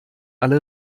alle